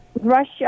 Russia